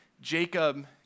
Jacob